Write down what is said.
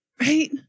right